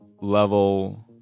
level